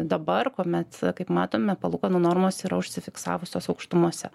dabar kuomet kaip matome palūkanų normos yra užsifiksavusios aukštumose